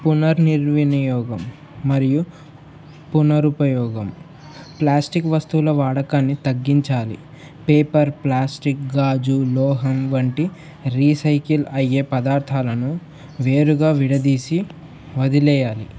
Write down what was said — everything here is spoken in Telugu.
పునర్నిర్వినియోగం మరియు పునరుపయోగం ప్లాస్టిక్ వస్తువుల వాడకాన్ని తగ్గించాలి పేపర్ ప్లాస్టిక్ గాజు లోహం వంటి రీసైకిల్ అయ్యే పదార్థాలను వేరుగా విడదీసి వదిలేయాలి